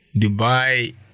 Dubai